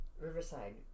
Riverside